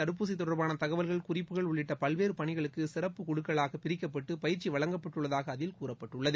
தடுப்பூசி தொடர்பான தகவல்கள் குறிப்புகள் உள்ளிட்ட பல்வேறு பணிகளுக்கு சிறப்பு குழுக்களாக பிரிக்கப்பட்டு பயிற்சி வழங்கப்பட்டுள்ளதாக அதில் கூறப்பட்டுள்ளது